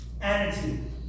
Attitude